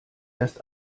erst